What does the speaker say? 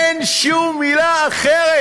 אין שום מילה אחרת.